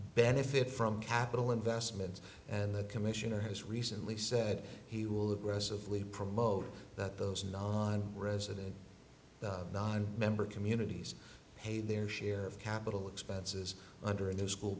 benefit from capital investments and the commissioner has recently said he will aggressively promote those and on resident non member communities pay their share of capital expenses under a new school